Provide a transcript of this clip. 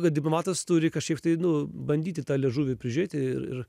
kad diplomatas turi kažkaip tai nu bandyti tą liežuvį prižiūrėti ir